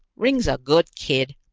ringg's a good kid,